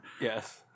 Yes